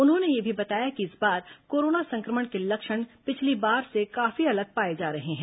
उन्होंने यह भी बताया कि इस बार कोरोना संक्रमण के लक्षण पिछली बार से काफी अलग पाए जा रहे हैं